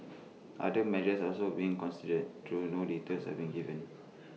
other measures are also being considered though no details have been given